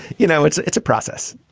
you know, it's it's a process.